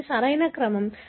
ఇది సరైన క్రమం